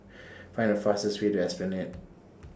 Find The fastest Way to Esplanade